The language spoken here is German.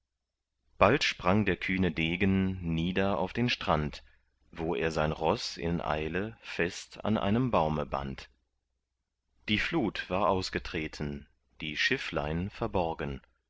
bald sprang der kühne degen nieder auf den strand wo er sein roß in eile fest an einem baume band die flut war ausgetreten die schifflein verborgen